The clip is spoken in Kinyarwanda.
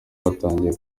batangiye